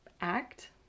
act